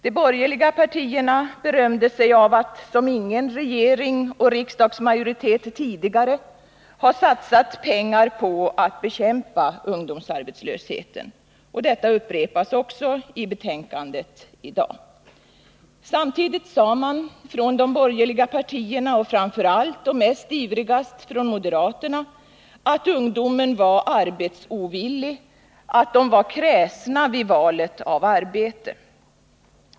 De borgerliga partierna berömde sig av att som ingen regering och riksdagsmajoritet tidigare ha satsat pengar på att bekämpa ungdomsarbetslösheten. Detta upprepas också i betänkandet i dag. Samtidigt sade man från de borgerliga partiernas sida, framför allt och ivrigast moderaterna, att ungdomarna var arbetsovilliga och kräsna vid val av arbete.